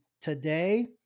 today